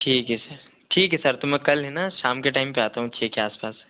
ठीक है सर ठीक है सर तो मैं कल हेी ना शाम को आता हूँ छः के आस पास